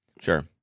Sure